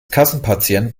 kassenpatient